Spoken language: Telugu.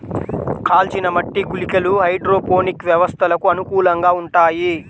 కాల్చిన మట్టి గుళికలు హైడ్రోపోనిక్ వ్యవస్థలకు అనుకూలంగా ఉంటాయి